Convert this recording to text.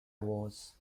was